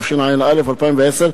התשע"א 2010,